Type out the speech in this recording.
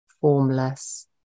Formless